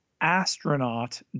astronaut